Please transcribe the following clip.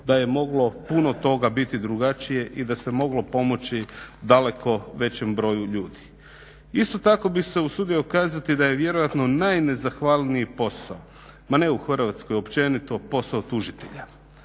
da je moglo puno toga biti drugačije i da se moglo pomoći daleko većem broju ljudi. Isto tako bih se usudio kazati da je vjerojatno najnezahvalniji posao, ma ne u Hrvatskoj, općenito posao tužitelja.